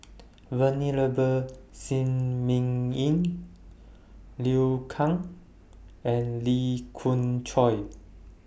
Venerable Shi Ming Yi Liu Kang and Lee Khoon Choy